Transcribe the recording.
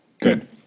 good